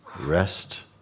Rest